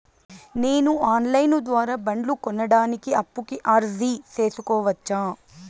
నేను online ద్వారా బండ్లు కొనడానికి అప్పుకి అర్జీ సేసుకోవచ్చా?